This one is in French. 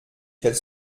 quels